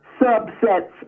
subsets